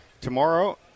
Tomorrow